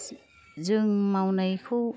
जों मावनायखौ